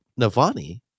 Navani